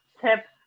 tips